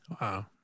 Wow